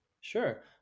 Sure